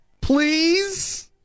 please